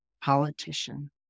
politician